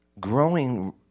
Growing